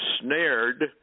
snared